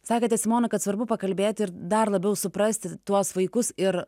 sakėte simona kad svarbu pakalbėti ir dar labiau suprasti tuos vaikus ir